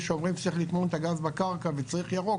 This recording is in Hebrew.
שאומרים שצריך לטמון את הגז בקרקע וצריך ירוק,